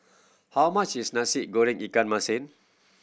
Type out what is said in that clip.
how much is Nasi Goreng ikan masin